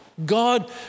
God